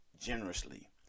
generously